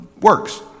works